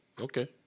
Okay